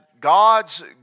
God's